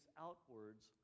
outwards